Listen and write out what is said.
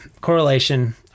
correlation